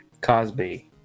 Cosby